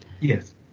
Yes